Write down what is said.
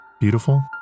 beautiful